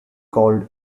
called